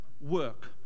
work